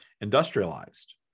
industrialized